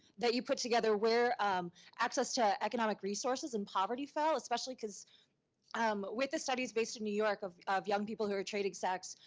that you put together where access to economic resources and poverty fell especially because um with the studies based in new york of of young people who are trading sex,